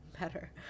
better